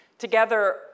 Together